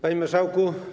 Panie Marszałku!